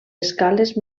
escales